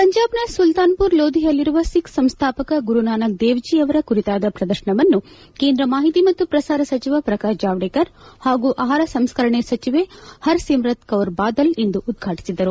ಪಂಜಾಬ್ನ ಸುಲ್ತಾಪುರ್ ಲೋಧಿಯಲ್ಲಿರುವ ಸಿಖ್ ಸಂಸ್ಥಾಪಕ ಗುರುನಾನಕ್ ದೇವ್ಜಿ ಅವರ ಕುರಿತಾದ ಪ್ರದರ್ಶನವನ್ನು ಕೇಂದ್ರ ಮಾಹಿತಿ ಮತ್ತು ಪ್ರಸಾರ ಸಚಿವ ಪ್ರಕಾಶ್ ಜಾವಡೇಕರ್ ಹಾಗೂ ಆಹಾರ ಸಂಸ್ಕರಣೆ ಸಚಿವೆ ಹರ್ ಸಿಮ್ರತ್ ಕೌರ್ ಬಾದಲ್ ಇಂದು ಉದ್ವಾಟಿಸಿದರು